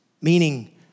Meaning